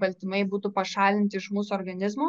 baltymai būtų pašalinti iš mūsų organizmo